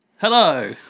Hello